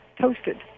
toasted